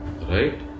right